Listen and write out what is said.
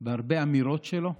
בהרבה אמירות שלו,